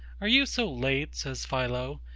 are you so late, says philo,